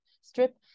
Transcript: Strip